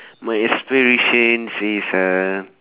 my aspirations is a